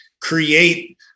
create